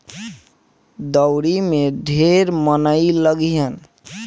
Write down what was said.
दँवरी में ढेर मनई लगिहन